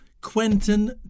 Quentin